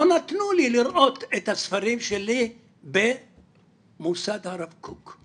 לא נתנו לי לראות את הספרים שלי במוסד הרב קוק.